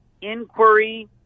inquiry